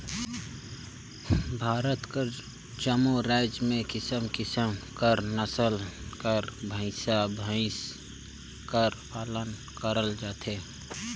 भारत कर जम्मो राएज में किसिम किसिम कर नसल कर भंइसा भंइस कर पालन करल जाथे